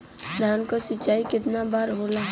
धान क सिंचाई कितना बार होला?